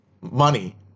money